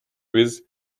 with